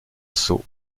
sceaux